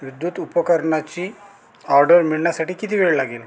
विद्युत उपकरणाची ऑर्डर मिळण्यासाठी किती वेळ लागेल